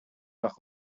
nach